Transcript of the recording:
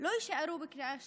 לא יישארו בקריאה השלישית.